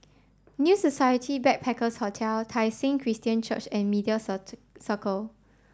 New Society Backpackers' Hotel Tai Seng Christian Church and Media Circle